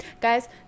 guys